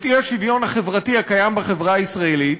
האי-שוויון החברתי הקיים בחברה הישראלית,